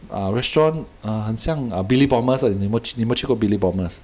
err restaurant 很像 Billy Bombers ah 你有没去你有没有去过 Billy Bombers